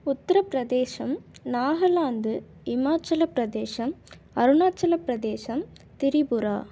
Uttar Pradesh Nagaland Himachal Pradesh Arunachal Pradesh Tripura